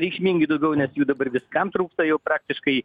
reikšmingai daugiau nes jų dabar viskam trūksta jau praktiškai